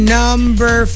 number